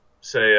say